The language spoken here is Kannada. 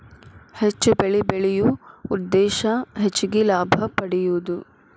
ಹೆಚ್ಚು ಬೆಳಿ ಬೆಳಿಯು ಉದ್ದೇಶಾ ಹೆಚಗಿ ಲಾಭಾ ಪಡಿಯುದು